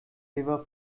river